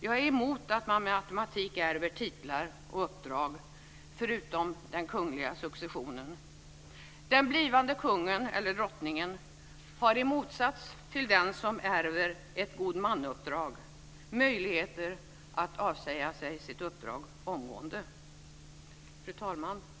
Jag är emot att man med automatik ärver titlar och uppdrag - bortsett från den kungliga successionen. Den blivande kungen eller drottningen har dock i motsats till den som ärver ett godmansuppdrag möjlighet att avsäga sig sitt uppdrag omgående. Fru talman!